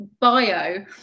bio